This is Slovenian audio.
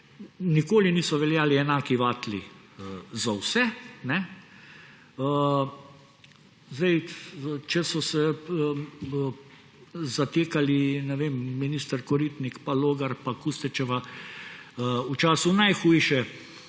nikoli niso veljali enaki vatli za vse. Če so se zatekali minister Koritnik, Logar pa ministrica Kustec v času najhujše